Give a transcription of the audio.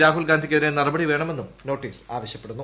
രാഹുൽ ഗാന്ധിക്കെതിരെ നടപടി വേണമെന്നും നോട്ടീസ് ആവശ്യപ്പെടുന്നു